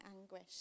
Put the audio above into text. anguish